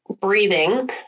breathing